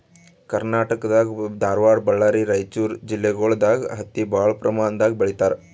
ಕರ್ನಾಟಕ್ ದಾಗ್ ಧಾರವಾಡ್ ಬಳ್ಳಾರಿ ರೈಚೂರ್ ಜಿಲ್ಲೆಗೊಳ್ ದಾಗ್ ಹತ್ತಿ ಭಾಳ್ ಪ್ರಮಾಣ್ ದಾಗ್ ಬೆಳೀತಾರ್